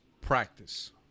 practice